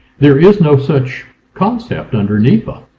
there is no such concept under nepa,